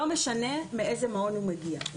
לא משנה מאיזה מעון הוא מגיע,